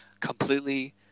completely